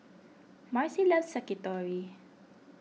Marci loves Sakitori